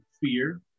fear